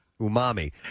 Umami